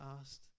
asked